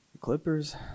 clippers